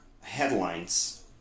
headlines